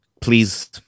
please